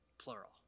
Plural